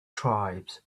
tribes